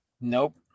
Nope